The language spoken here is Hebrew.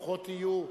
ברוכות תהיו.